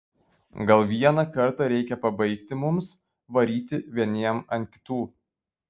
gal vieną kartą reikia pabaigti mums varyti vieniem ant kitų